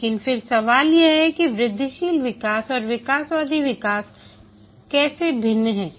लेकिन फिर सवाल यह है कि वृद्धिशील विकास और विकासवादी विकास कैसे भिन्न है